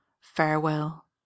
Farewell